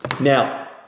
Now